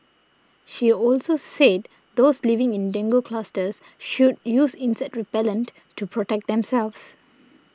she also said those living in dengue clusters should use insect repellent to protect themselves